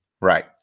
Right